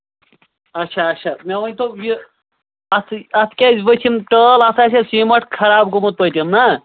اَچھا اَچھا مےٚ ؤنۍتو یہِ اَتھٕے اَتھ کیٛازِ ؤتھۍ یِم ٹٲل اَتھ آسہِ ہا سیٖمَٹھ خراب گووٚمُت پٔتِم نہ